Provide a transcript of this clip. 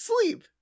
sleep